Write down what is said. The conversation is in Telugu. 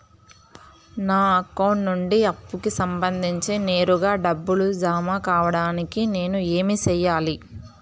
నా అకౌంట్ నుండి అప్పుకి సంబంధించి నేరుగా డబ్బులు జామ కావడానికి నేను ఏమి సెయ్యాలి?